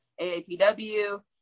AAPW